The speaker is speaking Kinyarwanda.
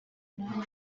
nanjye